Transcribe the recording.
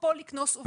אפרופו לקנוס עובדים.